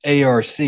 ARC